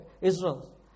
Israel